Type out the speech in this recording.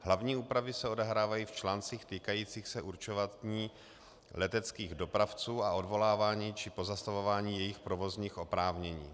Hlavní úpravy se odehrávají v článcích týkajících se určování leteckých dopravců a odvolávání či pozastavování jejich provozních oprávnění.